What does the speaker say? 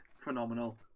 phenomenal